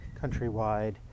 countrywide